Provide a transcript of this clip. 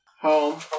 home